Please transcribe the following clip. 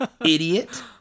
Idiot